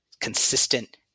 consistent